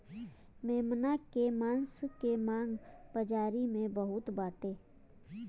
मेमना के मांस के मांग बाजारी में बहुते बाटे